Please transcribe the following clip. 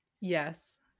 Yes